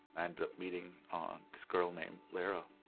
and up meeting on this girl named lara.